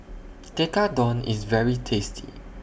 Tekkadon IS very tasty